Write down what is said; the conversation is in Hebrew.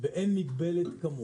באין מגבלת כמות,